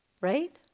Right